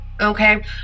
okay